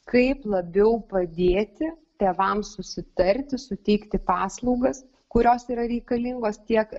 kaip labiau padėti tėvams susitarti suteikti paslaugas kurios yra reikalingos tiek